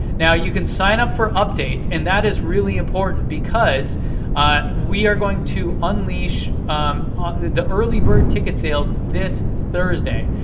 now you can sign up for updates, and that is really important, because we are going to unleash the early bird ticket sales this thursday.